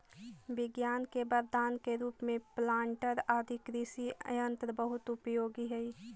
विज्ञान के वरदान के रूप में प्लांटर आदि कृषि यन्त्र बहुत उपयोगी हई